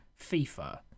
FIFA